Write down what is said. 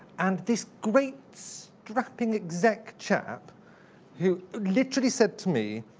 and this great strapping exec chap who literally said to me,